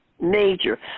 major